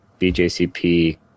BJCP